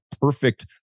perfect